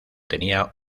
tenía